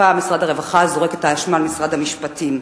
הפעם משרד הרווחה זורק את האשמה על משרד המשפטים.